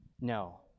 No